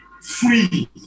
free